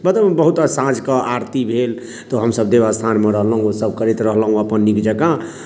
मतलब बहुत रास साँझकेँ आरती भेल तऽ हमसभ देवस्थानमे रहलहुँ ओसभ करैत रहलहुँ अपन नीक जँका